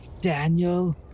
Daniel